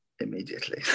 immediately